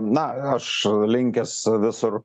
na aš linkęs visur